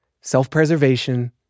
Self-preservation